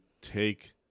take